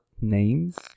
names